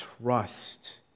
trust